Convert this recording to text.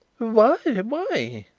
why?